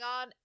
on